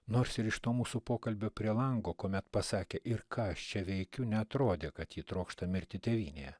nors ir iš to mūsų pokalbio prie lango kuomet pasakė ir ką aš čia veikiu neatrodė kad ji trokšta mirti tėvynėje